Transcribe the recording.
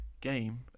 game